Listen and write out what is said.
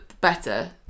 better